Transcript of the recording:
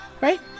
Right